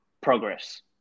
progress